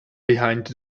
behind